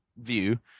view